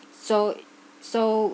so so